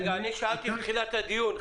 שזה מתקני מילוי,